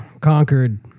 conquered